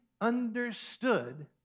understood